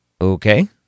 okay